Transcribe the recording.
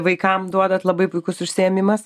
vaikam duodat labai puikus užsiėmimas